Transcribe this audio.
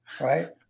right